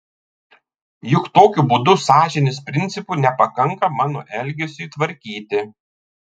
juk tokiu būdu sąžinės principų nepakanka mano elgesiui tvarkyti